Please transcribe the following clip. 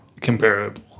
comparable